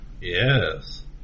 Yes